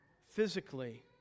physically